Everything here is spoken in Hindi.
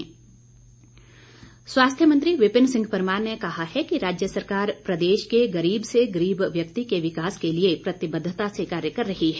विपिन परमार स्वास्थ्य मंत्री विपिन सिंह परमार ने कहा है कि राज्य सरकार प्रदेश के गरीब से गरीब व्यक्ति के विकास के लिए प्रतिबद्वता से कार्य कर रही है